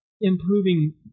improving